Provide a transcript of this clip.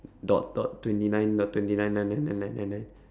dot dot twenty nine dot twenty nine nine nine nine nine nine nine